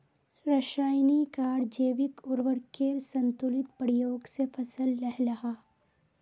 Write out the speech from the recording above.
राशयानिक आर जैविक उर्वरकेर संतुलित प्रयोग से फसल लहलहा